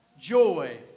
joy